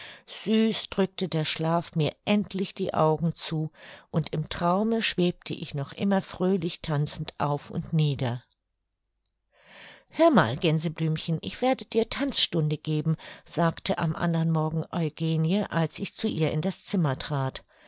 süß drückte der schlaf mir endlich die augen zu und im traume schwebte ich noch immer fröhlich tanzend auf und nieder hör mal gänseblümchen ich werde dir tanzstunde geben sagte am andern morgen eugenie als ich zu ihr in das zimmer trat